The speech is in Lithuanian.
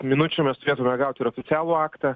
minučių mes turėtume gauti ir oficialų aktą